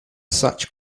such